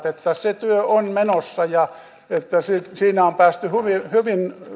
että se työ on menossa ja että siinä on päästy hyvin